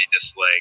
dislike